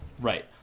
Right